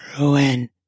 Ruin